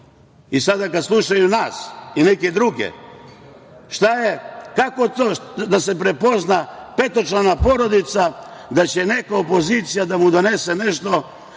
Sada kada slušaju nas i neke druge kako to da se prepozna petočlana porodica da će neka opozicija da mu donese nešto